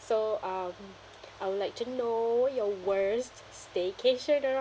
so um I would like to know your worst staycation